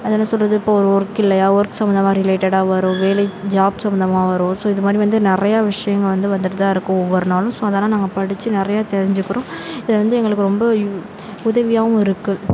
அது என்ன சொல்வது இப்போ ஒரு ஒர்க் இல்லையா ஒர்க் சம்பந்தமா ரிலேட்டடாக வரும் வேலை ஜாப் சம்பந்தமா வரும் ஸோ இது மாதிரி வந்து நிறையா விஷயங்கள் வந்து வந்துகிட்டுதான் இருக்கும் ஒவ்வொரு நாளும் ஸோ அதெல்லாம் நாங்கள் படிச்சு நிறையா தெரிஞ்சுக்கிறோம் இது வந்து எங்களுக்கு ரொம்ப உதவியாகவும் இருக்குது